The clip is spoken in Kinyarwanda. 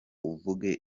uvuge